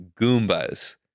Goombas